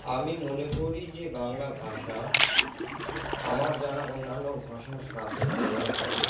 আমি মনে করি যে বাংলা ভাষা আমার জানা অন্যান্য ভাষার সাথে তুলনা করে